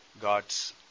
God's